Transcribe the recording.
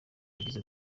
yagize